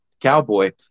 Cowboy